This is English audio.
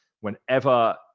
Whenever